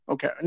Okay